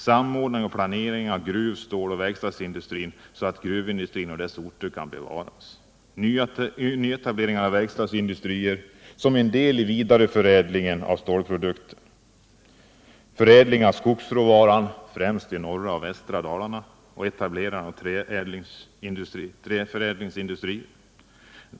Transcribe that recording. —- Samordning och planering av gruv-, ståloch verkstadsindustrin, så att gruvindustrin och dess orter bevaras.